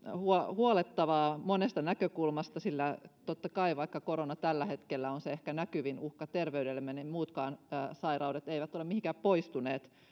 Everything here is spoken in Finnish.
huolettavaa monesta näkökulmasta sillä totta kai vaikka korona tällä hetkellä on se ehkä näkyvin uhka terveydellemme niin muutkaan sairaudet eivät ole mihinkään poistuneet